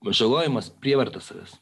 žalojimas prievarta savęs